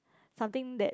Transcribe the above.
something that